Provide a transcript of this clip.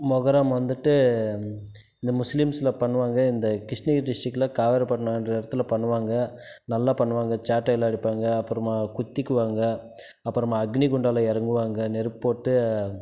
மொகரம் வந்துட்டு இந்த முஸ்லீம்ஸ்சில் பண்ணுவாங்க இந்த கிருஷ்ணகிரி டிஷ்டிக்ட்டில் காவேரிபட்னம் என்ற இடத்துல பண்ணுவாங்க நல்லா பண்ணுவாங்க சாட்டையால் அடிப்பாங்க அப்புறமா குத்திக்குவாங்க அப்புறமா அக்னி குண்டாவில் இறங்குவாங்க நெருப்பு போட்டு